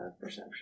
perception